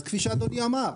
אז כפי שאדוני אמר,